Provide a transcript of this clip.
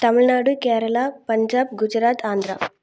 Tamil Nadu Kerala Punjab Gujarat Andhra